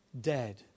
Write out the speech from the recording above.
dead